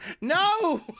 No